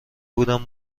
بودم